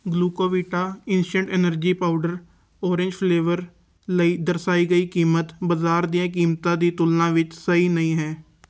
Glucovita instant energy powder orange flavour ਲਈ ਦਰਸਾਈ ਗਈ ਕੀਮਤ ਬਜ਼ਾਰ ਦੀਆਂ ਕੀਮਤਾਂ ਦੀ ਤੁਲਨਾ ਵਿੱਚ ਸਹੀ ਨਹੀਂ ਹੈ